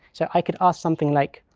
so i could ask something like,